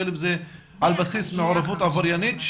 בין אם זה על בסיס מעורבות עבריינית,